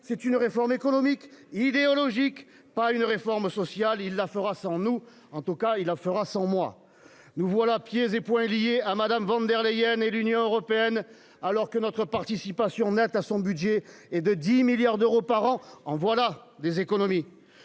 est non pas sociale, mais économique et idéologique. Il la fera sans nous. En tout cas, il la fera sans moi ! Nous voilà livrés pieds et poings liés à Mme von der Leyen et à l'Union européenne, alors que notre participation nette à son budget est de 10 milliards d'euros par an. En voilà des économies